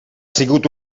sigut